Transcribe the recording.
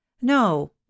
No